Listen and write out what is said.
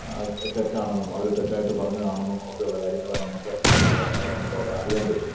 തെറ്റാണെന്നും അവർ തെറ്റായിട്ട് പറഞ്ഞതാണെന്നും ഒക്കെയുള്ള കാര്യങ്ങൾ നമുക്ക് നമുക്ക് അവിടെ നമുക്ക് അവിടെ അറിയാൻ പറ്റും